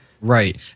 Right